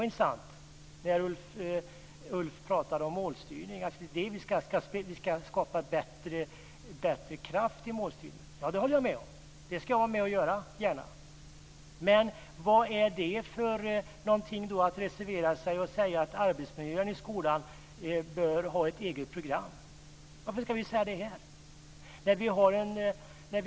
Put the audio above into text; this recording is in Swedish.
Det var intressant när Ulf Nilsson pratade om målstyrning, om att vi ska skapa bättre kraft i målstyrningen. Det håller jag med om. Det ska jag gärna vara med om att göra. Men vad är det här för något: att reservera sig och säga att arbetsmiljön i skolan bör ha ett eget program? Varför ska vi säga det här?